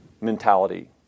mentality